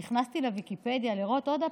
נכנסתי לוויקיפדיה לראות עוד פעם.